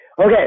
Okay